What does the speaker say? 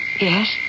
Yes